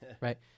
right